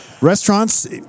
Restaurants